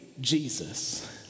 jesus